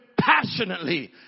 passionately